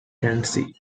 tennessee